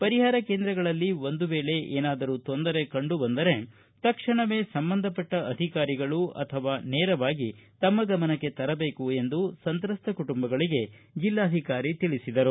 ಪರಿಹಾರ ಕೇಂದ್ರಗಳಲ್ಲಿ ಒಂದು ವೇಳೆ ಏನಾದರೂ ತೊಂದರೆ ಕಂಡುಬಂದರೆ ತಕ್ಷಣವೇ ಸಂಬಂಧಪಟ್ಟ ಅಧಿಕಾರಿಗಳು ಅಥವಾ ನೇರವಾಗಿ ತಮ್ಮ ಗಮನಕ್ಕೆ ತರಬೇಕು ಎಂದು ಸಂತ್ರಸ್ತ ಕುಟುಂಬಗಳಿಗೆ ಜೆಲ್ಲಾಧಿಕಾರಿ ತಿಳಿಸಿದರು